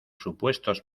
supuestos